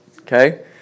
okay